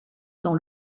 dans